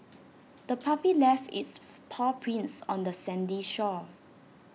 the puppy left its paw prints on the sandy shore